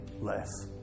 less